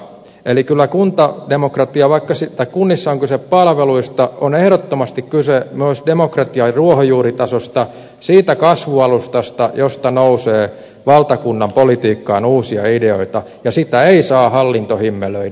eli vaikka kunnissa on kyse palveluista on ehdottomasti kyse myös demokratian ruohonjuuritasosta siitä kasvualustasta josta nousee valtakunnan politiikkaan uusia ideoita ja sitä ei saa hallinto himmelöidä